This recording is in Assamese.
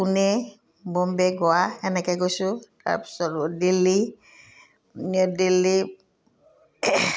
পোণে বম্বে গোৱা এনেকৈ গৈছোঁ তাৰপিছত দিল্লী দিল্লী